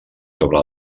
sobre